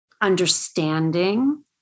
understanding